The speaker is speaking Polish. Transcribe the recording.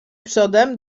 przodem